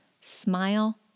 Smile